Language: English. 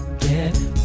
Get